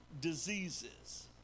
diseases